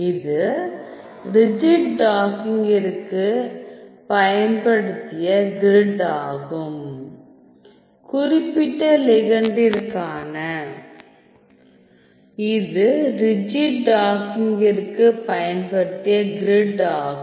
இது ரிஜிட் டாக்கிங்கிற்க்கு பயன்படுத்திய கிரிட் ஆகும்